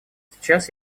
сейчас